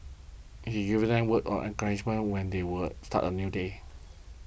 he gives them words at encouragement when they will start a new day